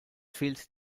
fehlt